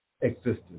existence